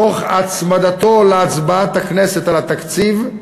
תוך הצמדתו להצבעת הכנסת על התקציב,